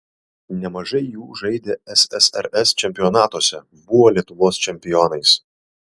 nemažai jų žaidė ssrs čempionatuose buvo lietuvos čempionais